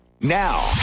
Now